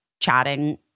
chatting